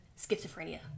schizophrenia